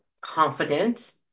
confident